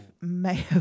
mayo